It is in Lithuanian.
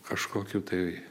kažkokių tai